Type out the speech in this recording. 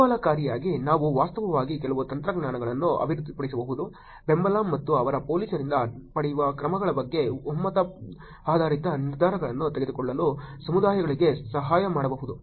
ಕುತೂಹಲಕಾರಿಯಾಗಿ ನಾವು ವಾಸ್ತವವಾಗಿ ಕೆಲವು ತಂತ್ರಜ್ಞಾನಗಳನ್ನು ಅಭಿವೃದ್ಧಿಪಡಿಸಬಹುದು ಬೆಂಬಲ ಮತ್ತು ಅವರು ಪೊಲೀಸರಿಂದ ಪಡೆಯುವ ಕ್ರಮಗಳ ಬಗ್ಗೆ ಒಮ್ಮತ ಆಧಾರಿತ ನಿರ್ಧಾರಗಳನ್ನು ತೆಗೆದುಕೊಳ್ಳಲು ಸಮುದಾಯಗಳಿಗೆ ಸಹಾಯ ಮಾಡಬಹುದು